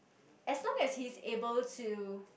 as long as he's able to